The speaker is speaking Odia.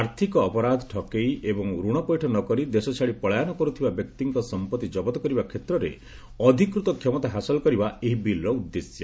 ଆର୍ଥିକ ଅପରାଧ ଠକେଇ ଏବଂ ଋଣ ପୈଠ ନ କରି ଦେଶ ଛାଡ଼ି ପଳାୟନ କରୁଥିବା ବ୍ୟକ୍ତିଙ୍କ ସମ୍ପତ୍ତି ଜବତ କରିବା କ୍ଷେତ୍ରରେ ଅଧିକୃତ କ୍ଷମତା ହାସଲ କରିବା ଏହି ବିଲ୍ର ଉଦ୍ଦେଶ୍ୟ